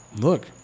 look